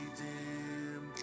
dim